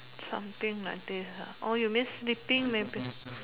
something like this ah orh you mean sleeping maybe